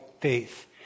faith